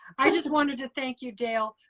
i just wanted to thank you, dale,